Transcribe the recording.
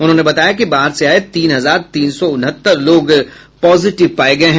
उन्होंने बताया कि बाहर से आये तीन हजार तीन सौ उनहत्तर लोग पॉजिटिव पाये गये हैं